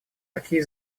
такие